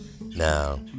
Now